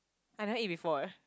I never eat before eh